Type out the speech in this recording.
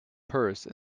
purse